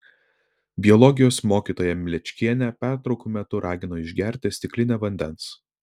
biologijos mokytoja mlečkienė pertraukų metu ragino išgerti stiklinę vandens